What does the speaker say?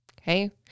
Okay